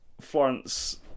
Florence